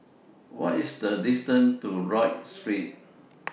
What IS The distance to Rodyk Street